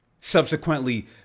Subsequently